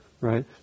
right